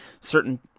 Certain